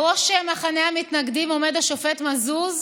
בראש מחנה המתנגדים עומד השופט מזוז,